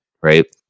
Right